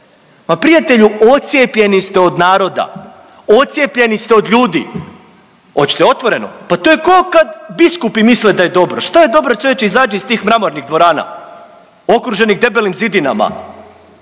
Ma prijatelju odcijepljeni ste od naroda, odcijepljeni ste od ljudi. Oćete otvoreno? Pa to je ko kad biskupi misle da je dobro. Šta je dobro čovječe? Izađi iz tih mramornih dvorana okruženih debelim zidinama,